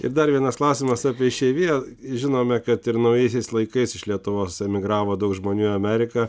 ir dar vienas klausimas apie išeiviją žinome kad ir naujaisiais laikais iš lietuvos emigravo daug žmonių į ameriką